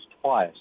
twice